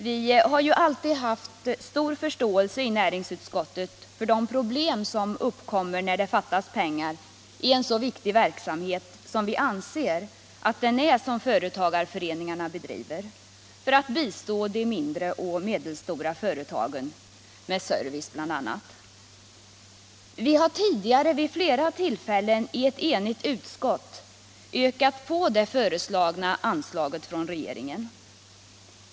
Vi har ju alltid haft stor förståelse i näringsutskottet för de problem som uppkommer när det fattas pengar i en sådan viktig verksamhet som den företagareföreningarna bedriver för att bistå de mindre och medelstora företagen bl.a. med service. Vi har tidigare vid flera tillfällen i ett enigt utskott ökat på det av regeringen föreslagna anslaget.